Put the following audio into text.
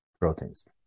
proteins